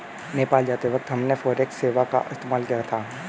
नेपाल जाते वक्त हमने फॉरेक्स सेवा का इस्तेमाल किया था